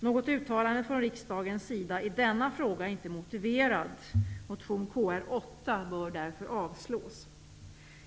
Något uttalande från riksdagens sida i denna fråga är inte motiverad.